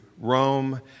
Rome